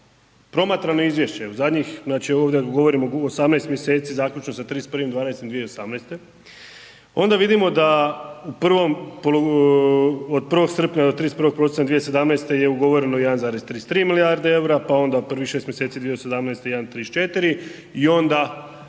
promatrano izvješće u zadnjih, znači ovdje govorimo o 18 mjeseci zaključno sa 31.12.2018. onda vidimo da od 1. srpnja do 31. prosinca 2017. je ugovoreno 1,33 milijarde eura, pa onda u prvih 6 mjeseci 2017. 1,34 i onda